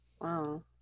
Wow